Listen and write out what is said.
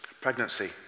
pregnancy